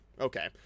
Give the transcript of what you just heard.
Okay